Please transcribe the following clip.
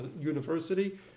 university